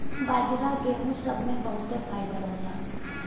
बाजरा गेहूं सब मे बहुते फाइबर होला